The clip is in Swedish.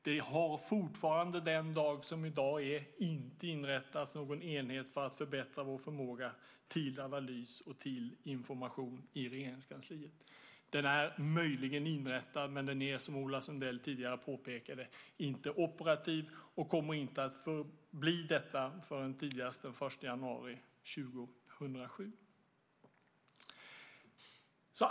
Det har fortfarande den dag som i dag är inte inrättats någon enhet för att förbättra vår förmåga till analys och information i Regeringskansliet. Den är möjligen inrättad, men den är, som Ola Sundell tidigare påpekade, inte operativ och kommer inte att bli det förrän tidigast den 1 januari 2007.